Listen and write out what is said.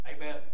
Amen